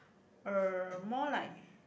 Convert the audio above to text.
uh more like